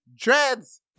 dreads